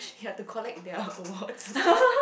you have to collect their award and stuff